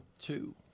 two